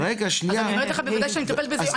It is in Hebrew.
אז אני אומרת לך שבוודאי שאני מטפלת בזה,